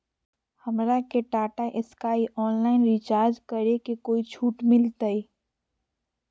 हमरा के Tata Sky online recharge करे में कोई छूट मिलतई